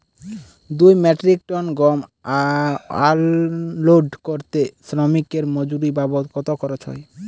দুই metric tonne গম unload করতে শ্রমিক এর মজুরি বাবদ কত খরচ হয়?